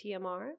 tmr